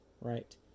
Right